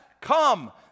come